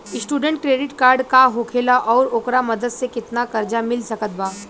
Student credit card का होखेला और ओकरा मदद से केतना कर्जा मिल सकत बा?